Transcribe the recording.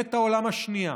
"במלחמת העולם השנייה